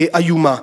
איומה.